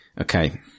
Okay